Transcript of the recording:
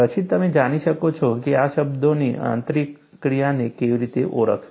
પછી તમે જાણી શકશો કે આ શબ્દોની આંતરક્રિયાને કેવી રીતે ઓળખવી